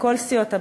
מכל סיעות הבית: